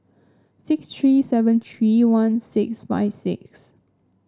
six three seven three one six five six